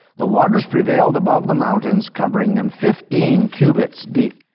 the waters prevailed above the mountains, covering them fifteen cubits deep.